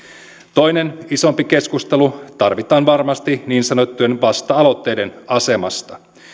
toinen isompi keskustelu tarvitaan varmasti niin sanottujen vasta aloitteiden asemasta